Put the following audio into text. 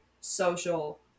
social